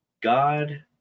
God